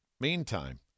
meantime